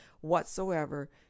whatsoever